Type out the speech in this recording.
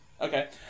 Okay